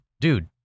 Dude